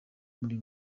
muri